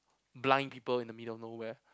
blind people in the middle of nowhere